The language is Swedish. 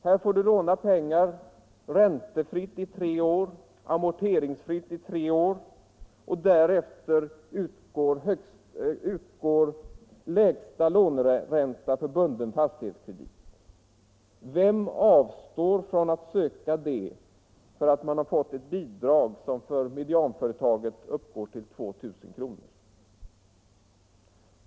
Här får de låna pengar räntefritt och amorteringsfritt i tre år, och därefter utgår lägsta låneränta för bunden fastighetskredit. Vem avstår ifrån att söka ett sådant lån därför att han har fått bidrag som för medianföretaget uppgår till 2 000 kr.?